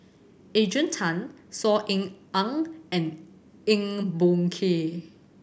Adrian Tan Saw Ean Ang and Eng Boh Kee